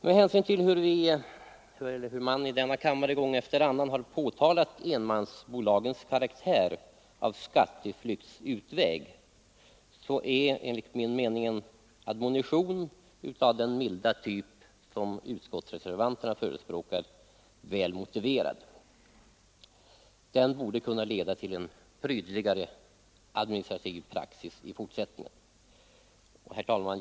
Med hänsyn till hur man i denna kammare gång efter annan har påtalat enmansbolagens karraktär av skatteflyktsutväg är enligt min mening en admonition av den milda typ som utskottsreservanterna förespråkar väl motiverad. Den borde kunna leda till en prydligare administrativ praxis i fortsättningen. Herr talman!